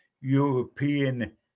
European